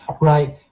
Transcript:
Right